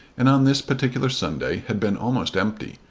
and on this particular sunday had been almost empty.